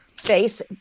face